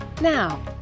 Now